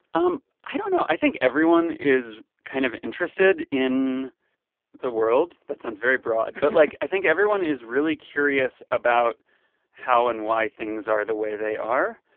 um i don't know. i think everyone is kind of interested in the world. that sounds very broad. but, like, i think everyone is really curious about how and why things are the way they are.